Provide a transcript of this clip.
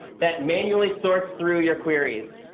that manually sorts through your queries,